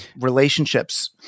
relationships